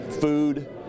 food